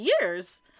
years